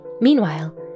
Meanwhile